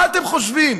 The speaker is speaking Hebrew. מה אתם חושבים,